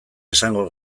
esango